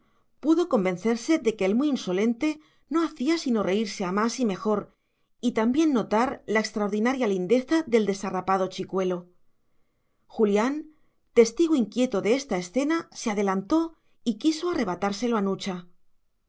pudo convencerse de que el muy insolente no hacía sino reírse a más y a mejor y también notar la extraordinaria lindeza del desharrapado chicuelo julián testigo inquieto de esta escena se adelantó y quiso arrebatárselo a nucha